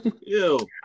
Ew